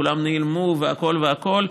כולן נעלמו והכול והכול,